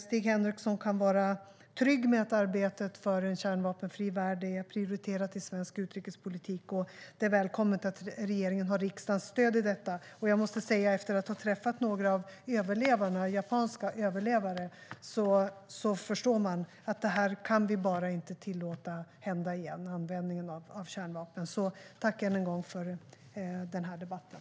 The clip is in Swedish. Stig Henriksson kan vara trygg med att arbetet för en kärnvapenfri värld är prioriterat i svensk utrikespolitik. Det är välkommet att regeringen har riksdagens stöd i detta. Efter att ha träffat några japanska överlevande förstår jag att det här kan vi bara inte tillåta hända igen, användning av kärnvapen. Tack än en gång för den här debatten!